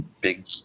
big